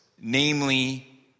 namely